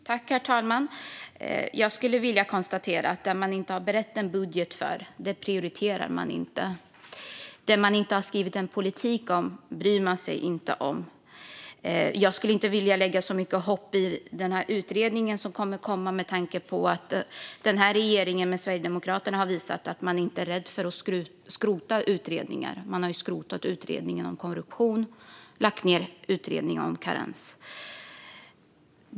Herr talman! Jag konstaterar: Det man inte har berett en budget för prioriterar man inte. Det man inte har skrivit en politik om bryr man sig inte om. Jag skulle inte sätta så mycket hopp till utredningen som ska komma med tanke på att regeringen med Sverigedemokraterna har visat att man inte är rädd för att skrota utredningar. Man har skrotat utredningen om korruption och lagt ned utredningen om karens.